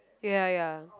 ya ya